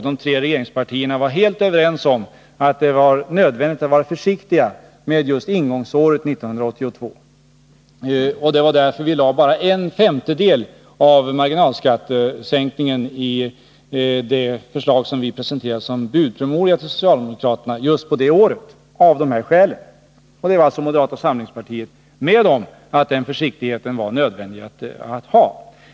De tre regeringspartierna var helt överens om att det var nödvändigt att vara försiktig med just år 1982. I den budpromemoria som presenterades för socialdemokraterna lade vi därför endast en femtedel av marginalskattesänkningen under det året. Även moderata samlingspartiet var med på att den försiktigheten var nödvändig.